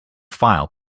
file